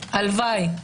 הלוואי.